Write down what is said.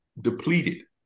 depleted